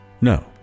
no